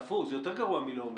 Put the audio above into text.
זה יותר גרוע מכך שהיא לא אומרת.